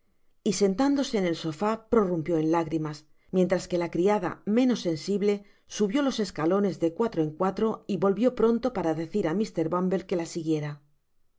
y sentándose en el sofá prorumpió en lágrimas mientras que la criada menos sensible subió los escalones de cuatro en cuatro y volvió pronto para decir á mr bumble que la siguiera